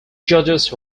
judges